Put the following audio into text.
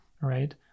Right